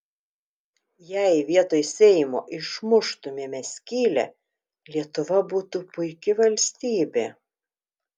jei vietoj seimo išmuštumėme skylę lietuva būtų puiki valstybė